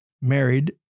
married